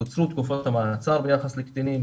קוצרו תקופות המעצר ביחס לקטינים